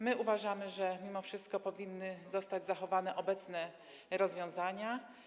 My uważamy, że mimo wszystko powinny zostać zachowane obecne rozwiązania.